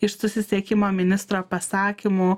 iš susisiekimo ministro pasakymų